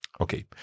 Okay